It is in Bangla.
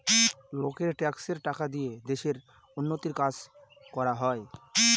লোকের ট্যাক্সের টাকা দিয়ে দেশের উন্নতির কাজ করা হয়